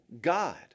God